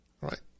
right